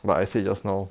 like I said just now